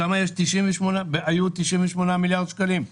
שם היו 98 מיליארד שקלים,